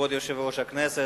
כבוד יושב-ראש הכנסת,